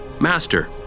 Master